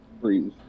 please